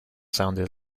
sounded